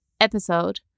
episode